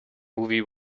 movie